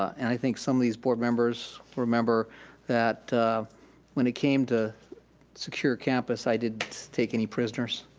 and i think some of these board members remember that when it came to secure campus, i didn't take any prisoners.